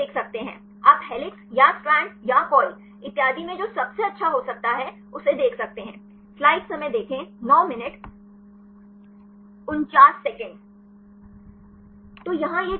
तब हम देख सकते हैं आप हेलिक्स या स्ट्रैंड या कॉइल इत्यादि में जो सबसे अच्छा हो सकता है उसे देख सकते हैं